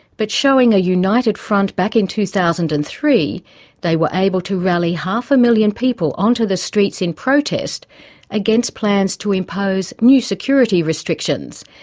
but showing a united front back in two thousand and three they were able to rally half a million people onto the streets in protest against plans to impose new security restrictions,